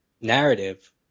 narrative